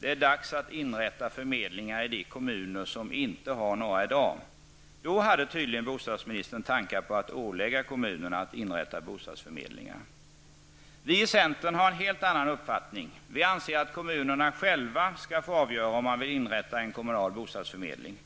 Det är dags att inrätta förmedlingar i de kommuner som inte har några i dag.'' Då hade tydligen bostadsministern tankar på att ålägga kommunerna att inrätta bostadsförmedlingar. Vi i centern har en helt annan uppfattning. Vi anser att kommunerna själva skall få avgöra om man vill inrätta en kommunal bostadsförmedling.